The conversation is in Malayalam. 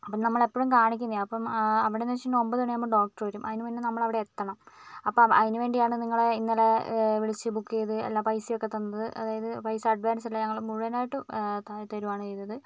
അപ്പം നമ്മളെപ്പോഴും കാണിക്കുന്നതാണ് അപ്പം അവിടെന്നു വെച്ചിട്ടുണ്ടെങ്കിൽ ഒൻപത് മണിയാവുമ്പോൾ ഡോക്ടർ വരും അതിനു മുൻപെ നമ്മളവിടെ എത്തണം അപ്പോൾ അതിനുവേണ്ടിയാണ് നിങ്ങളെ ഇന്നലെ വിളിച്ച് ബുക്ക് ചെയ്ത് എല്ലാ പൈസയൊക്കെ തന്നത് അതായത് പൈസ അഡ്വാൻസ് അല്ല ഞങ്ങൾ മുഴുവനായിട്ട് തരുവാണ് ചെയ്തത്